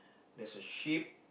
there is a sheep